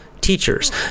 teachers